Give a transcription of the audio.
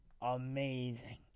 amazing